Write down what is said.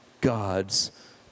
God's